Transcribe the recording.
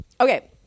Okay